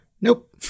Nope